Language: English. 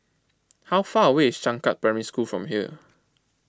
how far away is Changkat Primary School from here